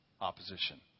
opposition